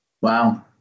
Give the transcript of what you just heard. Wow